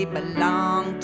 belong